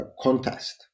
contest